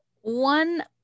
One